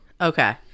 Okay